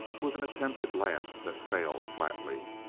with an attempted laugh that failed flatly.